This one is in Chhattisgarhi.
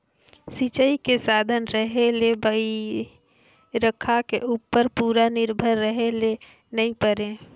सिंचई के साधन रहें ले बइरखा के उप्पर पूरा निरभर रहे ले नई परे